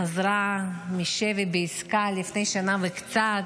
חזרה מהשבי בעסקה לפני שנה וקצת,